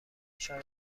شاید